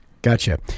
Gotcha